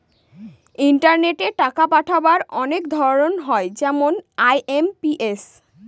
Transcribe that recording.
ইন্টারনেটে টাকা পাঠাবার অনেক ধরন হয় যেমন আই.এম.পি.এস